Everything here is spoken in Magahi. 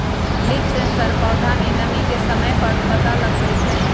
लीफ सेंसर पौधा में नमी के समय पर पता लगवई छई